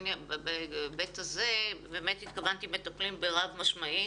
בהיבט הזה התכוונתי למטפלים באופן רב משמעי